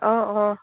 অঁ অঁ